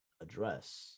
address